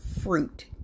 fruit